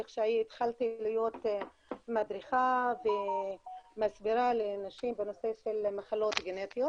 איך שהתחלתי להיות מדריכה ומסבירה לנשים בנושא של מחלות גנטיות,